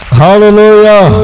hallelujah